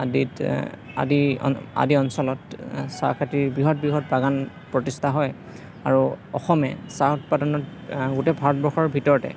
আদিত আদি আদি অঞ্চলত চাহখেতিৰ বৃহৎ বৃহৎ বাগান প্ৰতিষ্ঠা হয় আৰু অসমে চাহ উৎপাদনত গোটেই ভাৰতবৰ্ষৰ ভিতৰতে